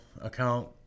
account